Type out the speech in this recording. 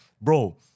bro